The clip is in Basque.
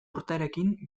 urterekin